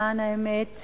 למען האמת,